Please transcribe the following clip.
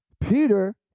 Peter